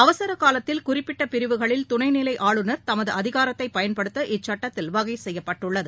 அவசரகாலத்தில் ப்புக்குறிப்பிட்டபிரிவுகளில் துணைநிலைஆளுநர் தமதுஅதிகாரத்தையயன்படுத்த இச்சுட்டத்தில் வகைசெய்யப்பட்டுள்ளது